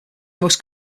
most